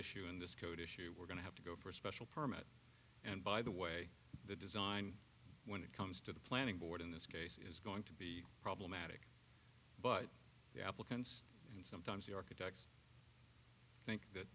issue in this code issue we're going to have to go for a special permit and by the way the design when it comes to the planning board in this case is going to be problematic but the applicants and sometimes the architects think that